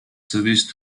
service